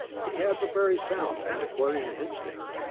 he has a very sound antiquarian instinct.